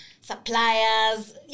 suppliers